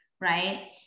right